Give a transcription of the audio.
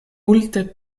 multe